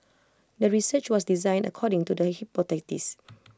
the research was designed according to the hypothesis